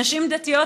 נשים דתיות,